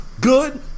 Good